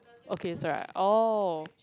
okay so right oh